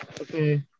Okay